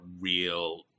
real